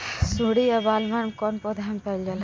सुंडी या बॉलवर्म कौन पौधा में पाइल जाला?